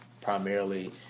primarily